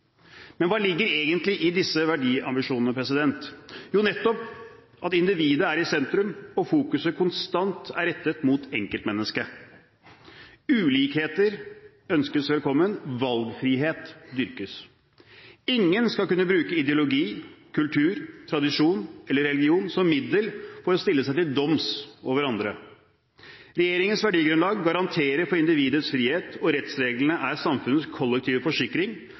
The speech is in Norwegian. Men hva ligger egentlig i disse verdiambisjonene? Jo, nettopp at individet er i sentrum, og at fokuset konstant er rettet mot enkeltmennesket. Ulikheter ønskes velkommen. Valgfrihet dyrkes. Ingen skal kunne bruke ideologi, kultur, tradisjon eller religion som middel for å stille seg til doms over andre. Regjeringens verdigrunnlag garanterer for individets frihet, og rettsreglene er samfunnets kollektive forsikring,